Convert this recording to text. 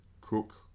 cook